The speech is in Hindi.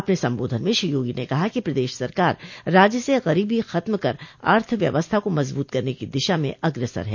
अपने सम्बोधन में श्री योगी ने कहा कि प्रदेश सरकार राज्य से ग़रीबी ख़त्म कर अर्थ व्यवस्था को मजबूत करने की दिशा में अग्रसर है